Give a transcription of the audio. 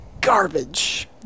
Garbage